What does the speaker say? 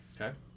Okay